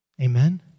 Amen